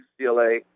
UCLA